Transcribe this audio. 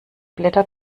blätter